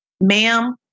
Ma'am